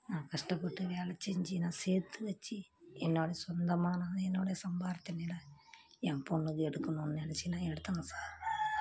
நான் கஷ்டப்பட்டு வேலை செஞ்சு நான் சேர்த்து வச்சு என்னோட சொந்தமான என்னோட சம்பாரியத்தில் என் பொண்ணுக்கு எடுக்கணும்னு நினைச்சி நான் எடுத்தேங்க சார்